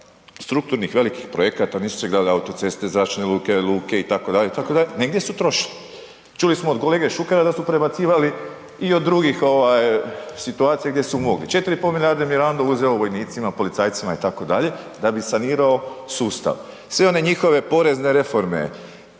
infrastrukturnih velikih projekata, nisu se gradile autoceste, zračne luke, luke itd., itd., negdje su trošili. Čuli smo od kolege Šukera da su prebacivali i od drugih situacija gdje su mogli, 4,5 milijarde je Mirando uzeo vojnicima, policajcima itd., da bi sanirao sustav. Sve one njihove porezne reforme,